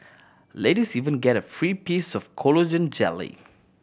ladies even get a free piece of collagen jelly